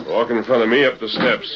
walking in front of me up the steps